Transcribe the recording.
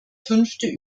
fünfte